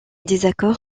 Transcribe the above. désaccord